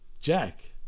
Jack